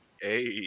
Hey